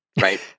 Right